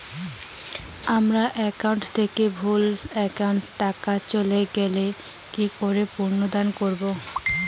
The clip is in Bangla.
আমার একাউন্ট থেকে ভুল একাউন্টে টাকা চলে গেছে কি করে পুনরুদ্ধার করবো?